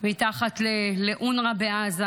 מתחת לאונר"א בעזה,